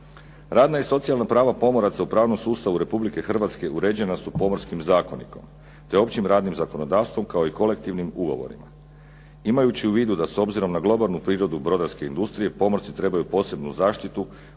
Radna i socijalna prava pomoraca u pravnom sustavu Republike Hrvatske uređena su Pomorskim zakonikom te općim radnim zakonodavstvom kao i kolektivnim ugovorima. Imajući u vidu da s obzirom na globalnu prirodu brodarske industrije pomorci trebaju posebnu zaštitu